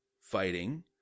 fighting